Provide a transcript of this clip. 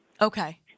Okay